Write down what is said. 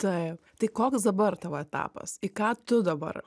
taip tai koks dabar tavo etapas į ką tu dabar